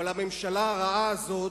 אבל הממשלה הרעה הזאת,